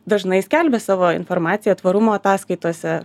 dažnai skelbia savo informaciją tvarumo ataskaitose